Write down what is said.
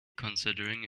considering